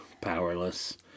Powerless